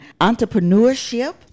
entrepreneurship